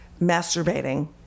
masturbating